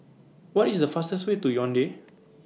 What IS The fastest Way to Yaounde